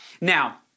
Now